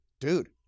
dude